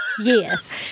yes